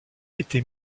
été